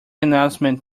announcement